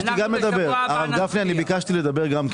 בבקשה, ביקשת לדבר.